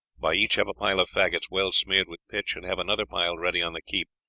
by each have a pile of faggots, well smeared with pitch, and have another pile ready on the keep,